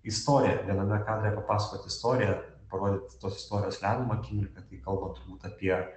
istoriją viename kadre papasakot istoriją parodyti tos istorijos lemiamą akimirką kai kalbat apie